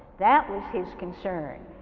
that was his concern,